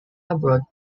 abroad